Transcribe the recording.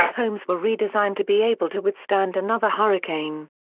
homes were redesigned to be able to withstand another hurricane.